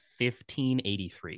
1583